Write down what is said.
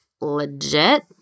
legit